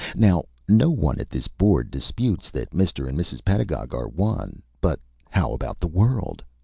now no one at this board disputes that mr. and mrs. pedagog are one, but how about the world?